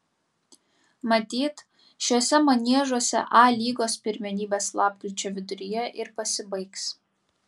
matyt šiuose maniežuose a lygos pirmenybės lapkričio viduryje ir pasibaigs